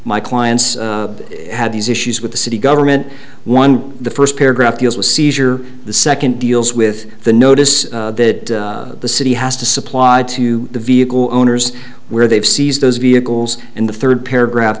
my clients had these issues with the city government one the first paragraph deals with seizure the second deals with the notice that the city has to supply to the vehicle owners where they've seized those vehicles and the third paragraph